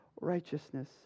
righteousness